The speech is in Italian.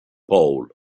paul